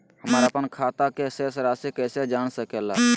हमर अपन खाता के शेष रासि कैसे जान सके ला?